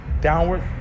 downward